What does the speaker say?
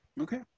Okay